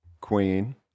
Queen